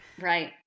Right